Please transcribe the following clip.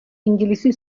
انگلیسی